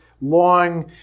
long